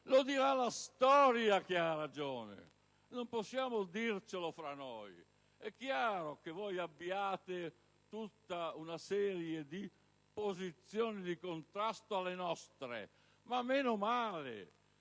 Lo dirà la storia chi ha ragione, non possiamo dircelo fra noi. È chiaro che voi avete tutta una serie di posizioni di contrasto alle nostre, e meno male: